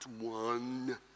one